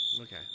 Okay